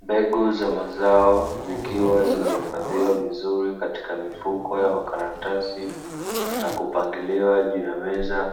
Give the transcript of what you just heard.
Mbegu za mazao, zikiwa zimehifadhiwa vizuri katika mifuko ya makaratasi na kupangiliwa juu ya meza,